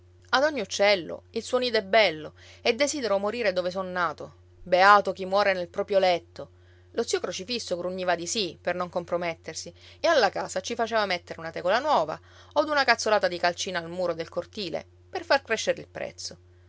ad ogni uccello il suo nido è bello e desidero morire dove son nato beato chi muore nel proprio letto lo zio crocifisso grugniva di sì per non compromettersi e alla casa ci faceva mettere una tegola nuova od una cazzolata di calcina al muro del cortile per far crescere il prezzo